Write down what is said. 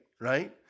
right